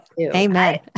Amen